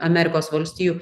amerikos valstijų